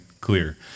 clear